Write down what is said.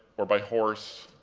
or by horse,